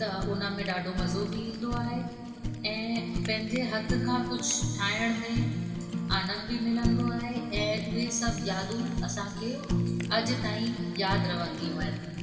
त उन में ॾाढो मज़ो बि ईंदो आहे ऐं पंहिंजे हथ खां कुझु ठाहिण में आनंद बि मिलंदो आहे ऐं उहे सभु यादियूं असांखे अॼु ताईं यादि रहंदियूं आहिनि